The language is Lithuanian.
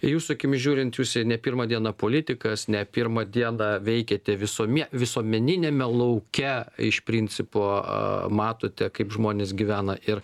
jūsų akimis žiūrint jūs ne pirmą dieną politikas ne pirmą dieną veikiate visuome visuomeniniame lauke iš principo a matote kaip žmonės gyvena ir